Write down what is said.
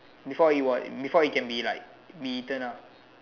before it what before it can be like be eaten ah